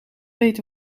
weet